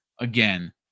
again